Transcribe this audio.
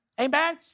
Amen